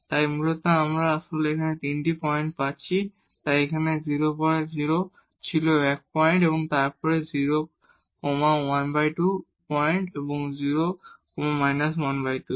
তাই মূলত আমরা আসলে তিনটি পয়েন্ট পাচ্ছি তাই একটি 00 ছিল 1 পয়েন্ট এবং তারপর 0 12 এবং 0 12 হবে